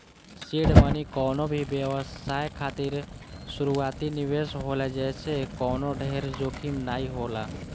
seed money कवनो भी व्यवसाय खातिर शुरूआती निवेश होला जेसे कवनो ढेर जोखिम नाइ होला